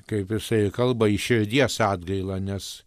kaip jisai kalba iš širdies atgaila nes